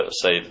say